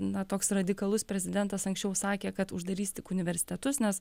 na toks radikalus prezidentas anksčiau sakė kad uždarys tik universitetus nes